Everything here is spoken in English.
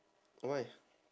why